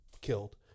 killed